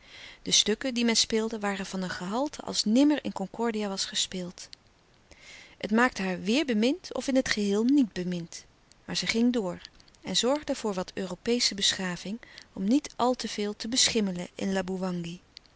de stukken die men speelde waren van een gehalte als nimmer in concordia was gespeeld het maakte haar weêr bemind of in het geheel niet bemind maar zij ging door en zorgde voor wat europeesche beschaving om niet al te veel te beschimmelen in